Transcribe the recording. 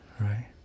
right